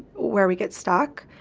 where we get stuck,